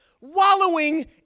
wallowing